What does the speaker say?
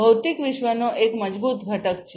ભૌતિક વિશ્વનો એક મજબૂત ઘટક છે